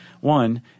One